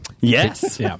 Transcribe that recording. Yes